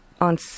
On